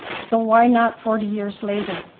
so why not forty years later,